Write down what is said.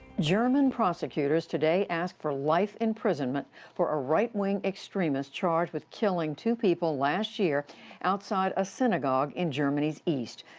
german prosecutors today asked for life imprisonment for a right-wing extremist charged with killing two people last year outside a synagogue in germany's east.